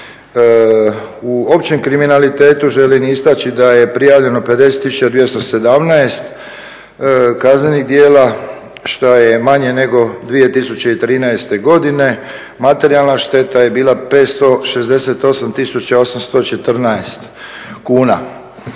U općem kriminalitetu želim istaći da je prijavljeno 50 217 kaznenih djela što je manje nego 2013. godine. Materijalna šteta je bila 568 814 kuna.